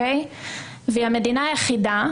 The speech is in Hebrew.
היא המדינה היחידה,